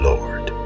Lord